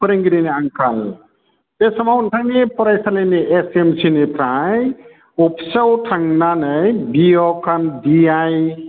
फोरोंगिरिनि आंखाल बे समाव नोंथांनि फरायसालिनि एसएमसिनिफ्राय अफिसाव थांनानै बिअ के एन डिआइ